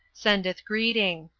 sendeth greeting.